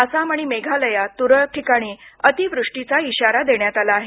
आसाम आणि मेघालयात तुरळक ठिकाणी अतिवृष्टीचा इशारा देण्यात आला आहे